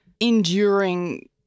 enduring